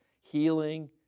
healing